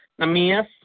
Namias